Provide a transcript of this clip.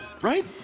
Right